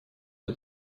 мне